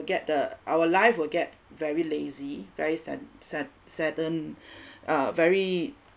get the our life will get very lazy guys and sad~ sadden uh very